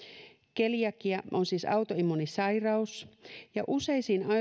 keliakia on siis autoimmuunisairaus useisiin